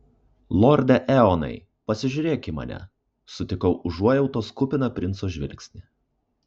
lorde eonai pasižiūrėk į mane sutikau užuojautos kupiną princo žvilgsnį